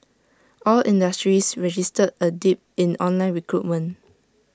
all industries registered A dip in online recruitment